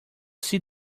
see